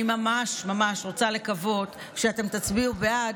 אני ממש ממש רוצה לקוות שאתם תצביעו בעד,